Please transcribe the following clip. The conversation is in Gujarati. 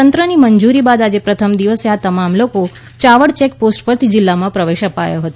તંત્રની મંજૂરી બાદ આજે પ્રથમ દિવસે આ તમામ લોકો જો યાવંડ ચેક પોસ્ટ પરથી જીલ્લામાં પ્રવેશ અપાયો હતો